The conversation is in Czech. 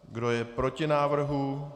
Kdo je proti návrhu?